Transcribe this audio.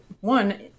one